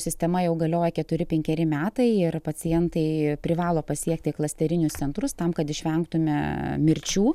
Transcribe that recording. sistema jau galioja keturi penkeri metai ir pacientai privalo pasiekti klasterinius centrus tam kad išvengtume mirčių